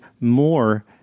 more –